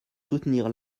soutenir